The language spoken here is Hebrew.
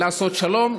לעשות שלום,